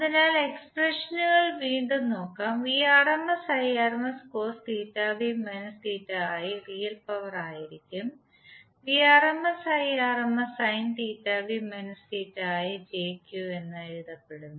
അതിനാൽ എക്സ്പ്രഷനുകൾ വീണ്ടും നോക്കാം റിയൽ പവർ ആയിരിക്കും jQ എന്ന് എഴുതപ്പെടും